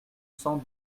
cent